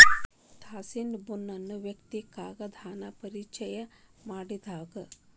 ತ್ಸಾಯಿ ಬುನಾ ಅನ್ನು ವ್ಯಕ್ತಿ ಕಾಗದಾನ ಪರಿಚಯಾ ಮಾಡಿದಾವ